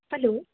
hello